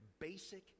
basic